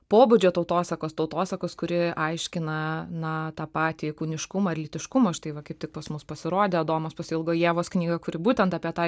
pobūdžio tautosakos tautosakos kuri aiškina na tą patį kūniškumą ir lytiškumą štai va kaip tik pas mus pasirodė adomas pasiilgo ievos knyga kuri būtent apie tą